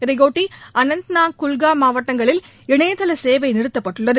இதையொட்டி அனந்தநாக் குல்ஹாம் மாவட்டங்களில் இணையதள சேவை நிறுத்தப்பட்டுள்ளது